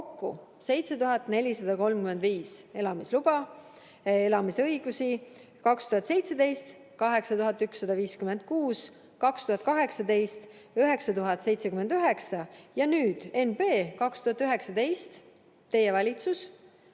7435 elamisluba, elamisõigusi, 2017 – 8156, 2018 – 9079 ja nüüd – NB! – 2019, teie valitsus